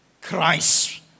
Christ